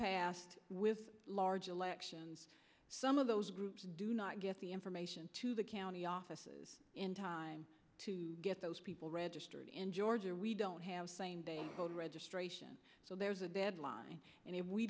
past with large elections some of those groups do not get the information to the county offices in time to get those people registered in georgia we don't have registration so there's a deadline and if we